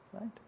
right